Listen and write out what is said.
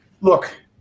Look